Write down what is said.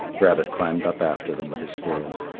rabbit climbed up after them with his squirrels.